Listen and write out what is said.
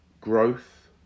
growth